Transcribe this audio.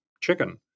chicken